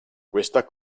questa